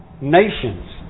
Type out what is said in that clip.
nations